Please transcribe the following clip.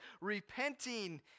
repenting